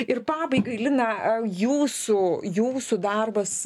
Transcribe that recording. ir pabaigai lina jūsų jūsų darbas